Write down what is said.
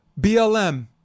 BLM